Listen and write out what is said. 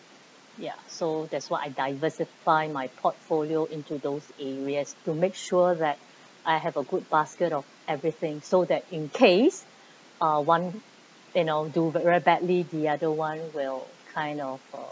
ya so that's why I diversify my portfolio into those areas to make sure that I have a good basket of everything so that in case uh one end up do very badly the other [one] will kind of uh